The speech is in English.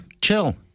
Chill